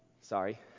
sorry